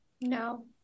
no